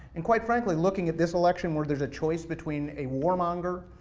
and quite frankly, looking at this election, where there's a choice between a war monger,